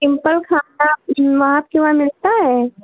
simple खाना वहाँ आपके वहाँ मिलता है